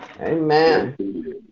Amen